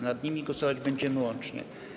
Nad nimi głosować będziemy łącznie.